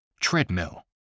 Treadmill